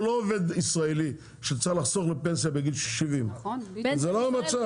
הוא לא עובד ישראלי שצריך לחסוך לפנסיה בגיל 70. וחופש,